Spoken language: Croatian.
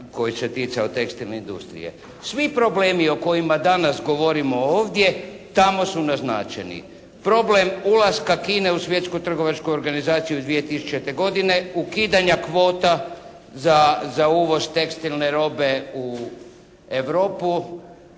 koji se ticao tekstilne industrije. Svi problemi o kojima danas govorimo ovdje tamo su naznačeni. Problem ulaska Kine u Svjetsku trgovačku organizaciju 2000. godine, ukidanja kvota za uvoz tekstilne robe u Europu,